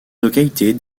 located